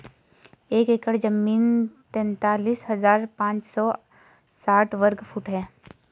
एक एकड़ जमीन तैंतालीस हजार पांच सौ साठ वर्ग फुट है